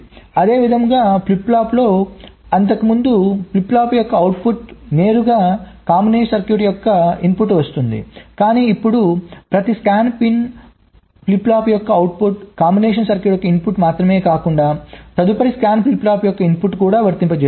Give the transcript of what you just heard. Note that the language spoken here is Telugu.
అదేవిధంగా ఫ్లిప్ ఫ్లాప్లో అంతకుముందు ఫ్లిప్ ఫ్లాప్ యొక్క అవుట్పుట్ నేరుగా కాంబినేషన్ సర్క్యూట్ యొక్క ఇన్పుట్కు వస్తోంది కానీ ఇప్పుడు ప్రతి స్కాన్ ఫ్లిప్ ఫ్లాప్ యొక్క అవుట్పుట్ కాంబినేషన్ సర్క్యూట్ యొక్క ఇన్పుట్కు మాత్రమే కాకుండా తదుపరి స్కాన్ ఫ్లిప్ ఫ్లాప్ యొక్క ఇన్పుట్కు కూడా వస్తుంది